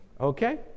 Okay